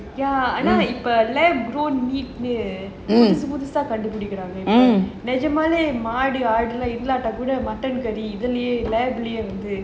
ஆனா இப்ப புதுசு புதுசா கண்டு பிடிகுறாங்க நிஜமாலே ஆடு மாடு இல்லாட்டா கூட:aanaa ippa puthusu puthusa kandu pidikuraanga nijamavae aadu maadu ilataa kuda